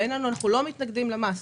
אנחנו לא מתנגדים למס.